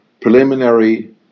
preliminary